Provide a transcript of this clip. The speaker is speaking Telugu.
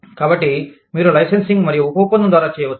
కాబట్టి మీరు లైసెన్సింగ్ మరియు ఉపఒప్పందం ద్వారా చేయవచ్చు